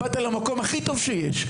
באת למקום הכי טוב שיש'.